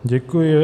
Děkuji.